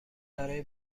برای